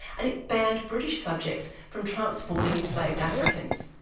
and it banned british subjects from transporting enslaved africans.